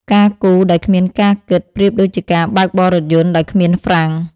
ការ «គូរ» ដោយគ្មានការ «គិត» ប្រៀបដូចជាការបើកបររថយន្តដោយគ្មានហ្វ្រាំង។